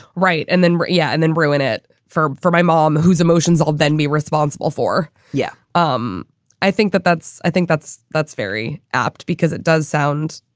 right. and then yeah. and then ruin it for for my mom, whose emotions all then be responsible for yeah. um i think that that's i think that's that's very apt because it does sound.